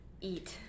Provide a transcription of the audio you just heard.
eat